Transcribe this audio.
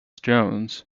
jones